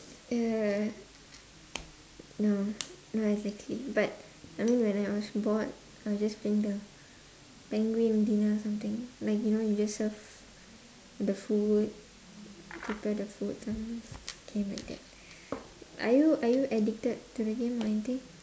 yeah no no exactly but I mean when I was bored I'll just playing the penguin dinner something like you know you just serve the food prepare the food um game like that are you are you addicted to the game or anything